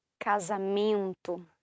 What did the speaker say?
Casamento